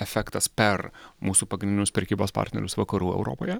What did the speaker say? efektas per mūsų pagrindinius prekybos partnerius vakarų europoje